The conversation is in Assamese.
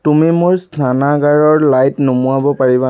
তুমি মোৰ স্নানাগাৰৰ লাইট নুমুৱাব পাৰিবা